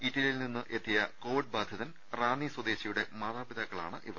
ഇറ്റലിയിൽ നിന്നെത്തിയ കോവിഡ് ബാധിതൻ റാന്നി സ്യദേശിയുടെ മാതാപിതാക്കളാണ് ഇവർ